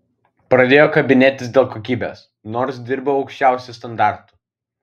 pradėjo kabinėtis dėl kokybės nors dirbau aukščiausiu standartu